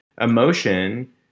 emotion